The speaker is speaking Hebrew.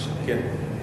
כן.